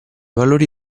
valori